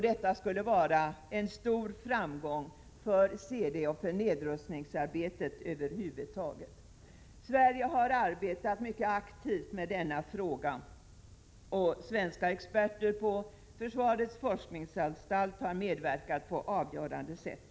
Detta skulle vara en stor framgång för CD och för nedrustningsarbetet över huvud taget. Sverige har arbetat mycket aktivt med denna fråga. Svenska experter från försvarets forskningsanstalt har medverkat på avgörande sätt.